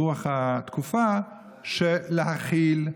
ברוח התקופה, היא להכיל.